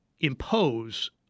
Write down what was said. impose